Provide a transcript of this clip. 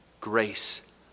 Grace